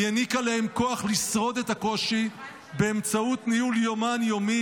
היא העניקה להם כוח לשרוד את הקושי באמצעות ניהול יומן יומי